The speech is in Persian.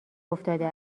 افتاده